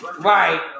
Right